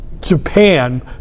Japan